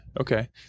okay